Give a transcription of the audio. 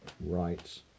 Right